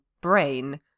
brain